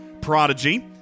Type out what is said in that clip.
Prodigy